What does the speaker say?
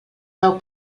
nou